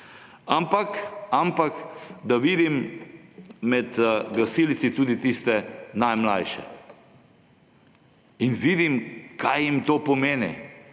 ampak to, da vidim med gasilci tudi tiste najmlajše. In vidim, kaj jim to pomeni,